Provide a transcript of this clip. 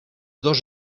dos